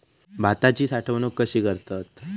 भाताची साठवूनक कशी करतत?